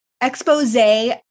expose